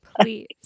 Please